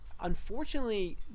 unfortunately